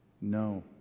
No